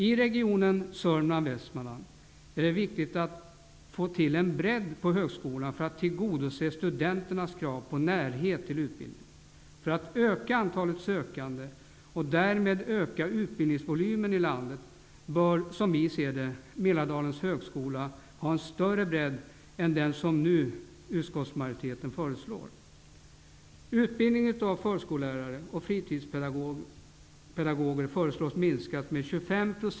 I regionen Sörmland/Västmanland är det viktigt att få till ''en bredd på högskolan för att tillgodose studenternas krav på närhet till utbildning''. För att öka antalet sökande och därmed öka utbildningsvolymen i landet bör Mälardalens högskola ha en större bredd än den som utskottsmajoriteten nu föreslår.